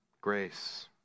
Grace